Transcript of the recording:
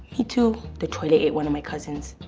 me, too. the toilet ate one of my cousins.